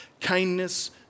Kindness